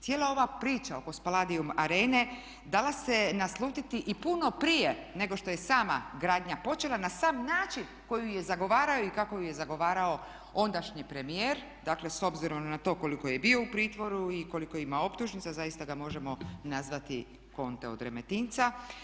Cijela ova priča oko Spaladium arene dala se naslutiti i puno prije nego što je sama gradnja počela na sam način koji je zagovarao i kako ju je zagovarao ondašnji premijer, dakle s obzirom na to koliko je i bio u pritvoru i koliko ima optužnica zaista ga možemo nazvati konte od Remetinca.